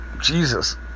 Jesus